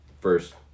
first